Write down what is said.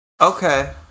Okay